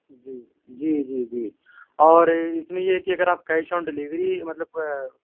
جی جی جی جی اور اس میں یہ ہے کہ اگر آپ کیش آن ڈلیوری مطلب